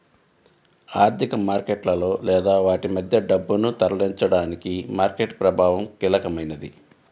ఆర్థిక మార్కెట్లలో లేదా వాటి మధ్య డబ్బును తరలించడానికి మార్కెట్ ప్రభావం కీలకమైనది